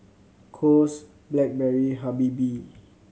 Kose Blackberry Habibie